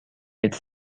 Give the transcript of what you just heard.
its